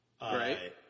Right